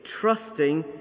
trusting